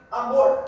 amor